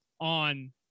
on